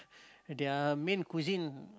their main cuisine